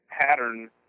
pattern